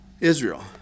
Israel